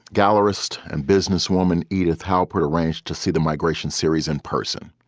gallerist and businesswoman edith halpern arranged to see the migration series in person.